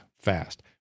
fast